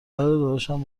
داداشم